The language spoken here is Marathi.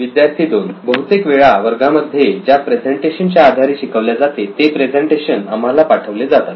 विद्यार्थी 2 बहुतेक वेळा वर्गामध्ये ज्या प्रेझेंटेशन च्या आधारे शिकवल्या जाते ते प्रेझेंटेशन आम्हाला पाठवले जातात